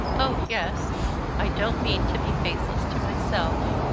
oh yes i don't mean to be faithless to myself.